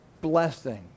blessing